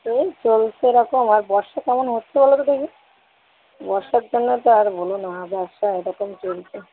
ওই চলছে এরকম আর বর্ষা কেমন হচ্ছে বলতো দেখি বর্ষার জন্য তো আর বোলো না ব্যবসা এরকম চলছে